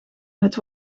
het